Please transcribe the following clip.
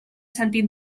sentit